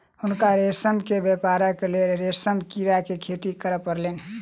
हुनका रेशम के व्यापारक लेल रेशम कीड़ा के खेती करअ पड़लैन